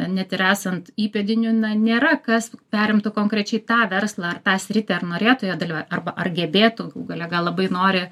net ir esant įpėdinių na nėra kas perimtų konkrečiai tą verslą ar tą sritį ar norėtų joje dalyvaut arba ar gebėtų galų gale gal labai nori